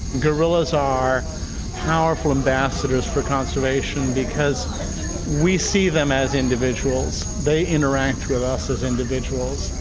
gorillas are powerful ambassadors for conservation because we see them as individuals, they interact with us as individuals,